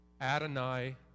Adonai